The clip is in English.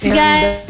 guys